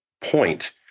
point